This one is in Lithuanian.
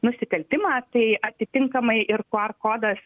nusikaltimą tai atitinkamai ir qr kodas